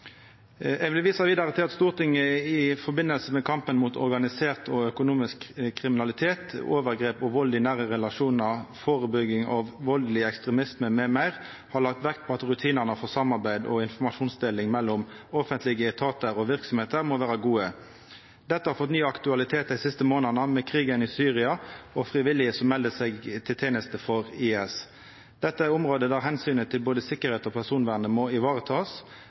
Eg vil vidare visa til at Stortinget i forbindelse med kampen mot organisert og økonomisk kriminalitet, overgrep og vald i nære relasjonar, førebygging av valdeleg ekstremisme m.m. har lagt vekt på at rutinane for samarbeid og informasjonsdeling mellom offentlege etatar og verksemder må vera gode. Dette har fått ny aktualitet dei siste månadene med krigen i Syria og frivillige som melder seg til teneste for IS. Dette er område der omsynet til både tryggleik og personvern må